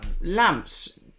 Lamps